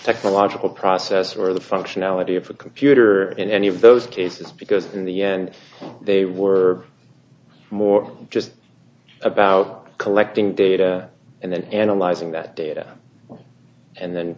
technological process or the functionality of a computer in any of those cases because in the end they were more just about collecting data and then analyzing that data and then